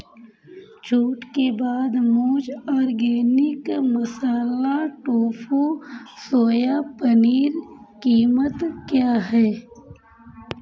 छूट के बाद मूज़ अर्गेनिक मसाला टोफ़ू सोया पनीर कीमत क्या है